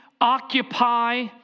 occupy